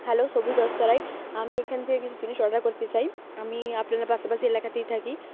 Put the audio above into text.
hello সবুজ রেস্তোরাঁয় আমি এখান থেকে কিছু জিনিস অর্ডার করতে চাই আমি আপনাদের পাশাপাশি এলাকাতেই থাকি